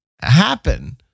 happen